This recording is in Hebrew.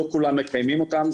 לא כולם מקיימים אותן,